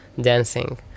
dancing